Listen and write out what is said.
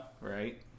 right